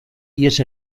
ihes